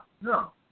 No